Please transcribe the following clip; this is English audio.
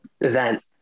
event